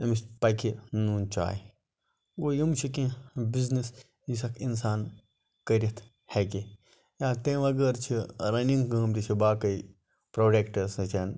امس پَکہِ نوٗن چاے گوٚو یِم چھِ کینٛہہ بِزنِس یُس اکھ اِنسان کٔرِتھ ہیٚکہِ یا تمہِ بَغٲر چھِ رَنِنٛگ کٲم تہِ چھِ باقی پروڈَکٹ ہَسا چھن